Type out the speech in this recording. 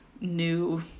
new